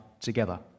together